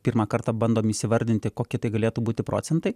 pirmą kartą bandom įsivardyti koki tai galėtų būti procentai